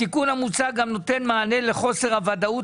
התיקון המוצע גם נותן מענה לחוסר הוודאות